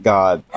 God